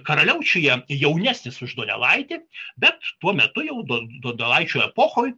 karaliaučiuje jaunesnis už donelaitį bet tuo metu jau donelaičio epochoj